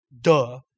Duh